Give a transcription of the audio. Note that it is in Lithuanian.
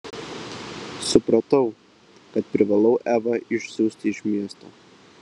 supratau kad privalau evą išsiųsti iš miesto